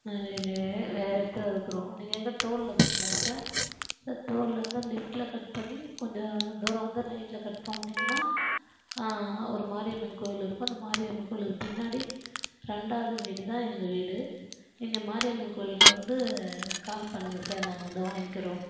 வேறே இடத்துல இருக்கறோம் நீங்கள் எங்கள் டோலில் இருக்கறீங்களா சார் சார் டோல்லருந்து லெஃப்ட்டில் கட் பண்ணி கொஞ்சம் தூரம் வந்து ரைட்டில் கட் பண்ணிங்கன்னால் ஒரு மாரியம்மன் கோயில் இருக்கும் அந்த மாரியம்மன் கோயிலுக்கு பின்னாடி ரெண்டாவது வீடு தான் எங்கள் வீடு இங்கே மாரியம்மன் கோயில்கிட்ட வந்து கால் பண்ணுங்க சார் நாங்கள் வந்து வாய்ங்க்கிறோம்